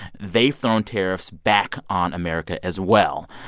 they've thrown tariffs back on america, as well.